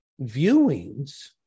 viewings